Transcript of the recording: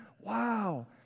Wow